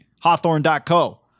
Hawthorne.co